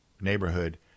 neighborhood